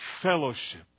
fellowship